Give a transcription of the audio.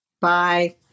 Bye